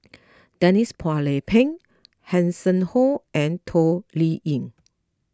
Denise Phua Lay Peng Hanson Ho and Toh Liying